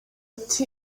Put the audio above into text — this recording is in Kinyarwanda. ati